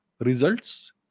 results